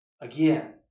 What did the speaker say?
Again